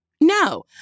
No